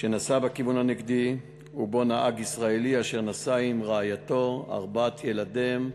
שנסע בכיוון הנגדי ובו נהג ישראלי אשר נסע עם רעייתו וארבעת ילדיהם,